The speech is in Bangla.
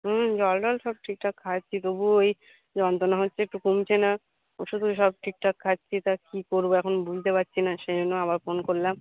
হুম জল টল সব ঠিকঠাক খাচ্ছি তবু ওই যন্ত্রণা হচ্ছে একটু কমছে না ওষুধ ওইসব ঠিকঠাক খাচ্ছি তা কী করব এখন বুঝতে পারছি না সেই জন্য আবার ফোন করলাম